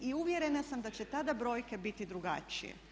I uvjerena sam da će tada brojke biti drugačije.